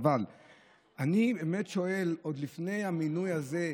אבל אני באמת שואל, עוד לפני המינוי הזה,